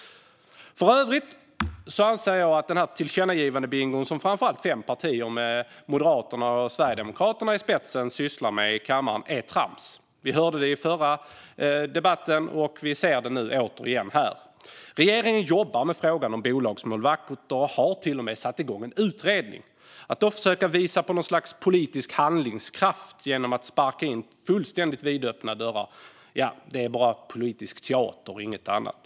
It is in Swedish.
För övrigt anser jag att den här tillkännandegivandebingon som framför allt fem partier, med Moderaterna och Sverigedemokraterna i spetsen, sysslar med i kammaren är trams. Vi hörde det i den förra debatten, och vi ser det återigen här. Regeringen jobbar med frågan om bolagsmålvakter och har till och med satt igång en utredning. Att då försöka visa på något slags politisk handlingskraft genom att sparka in fullständigt vidöppna dörrar är bara politisk teater och inget annat.